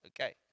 Okay